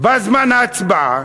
בא זמן ההצבעה,